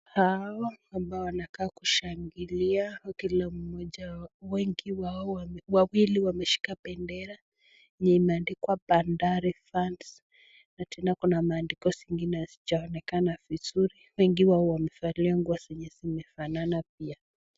Hao ambao wanakaa kushangilia kila mmoja ,wawili wameshika bendera yenye imeandikwa Bandari fans na tena kuna maandiko zingine hazijaonekana vizuri wengi wao wamevalia nguo zenye zimefanana pia.